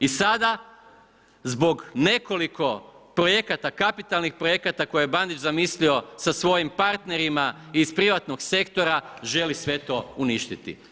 I sada zbog nekoliko kapitalnih projekata koje je Bandić zamislio sa svojim partnerima iz privatnog sektora želi sve to uništiti.